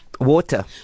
Water